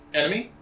enemy